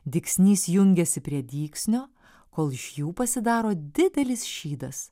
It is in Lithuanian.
dygsnys jungiasi prie dygsnio kol iš jų pasidaro didelis šydas